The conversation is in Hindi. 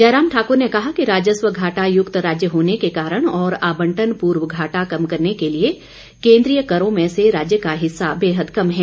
जयराम ठाकुर ने कहा कि राजस्व घाटा युक्त राज्य होने के कारण और आबंटन पूर्व घाटा कम करने के लिए केंद्रीय करों में से राज्य का हिस्सा बेहद कम है